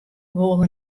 wol